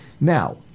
Now